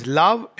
love